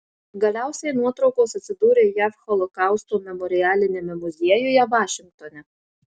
galiausiai nuotraukos atsidūrė jav holokausto memorialiniame muziejuje vašingtone